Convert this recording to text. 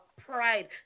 pride